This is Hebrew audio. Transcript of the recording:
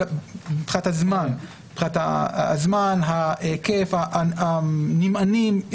מבחינת הזמן, ההיקף, הנמענים.